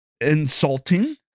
insulting